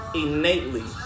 innately